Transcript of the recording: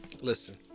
Listen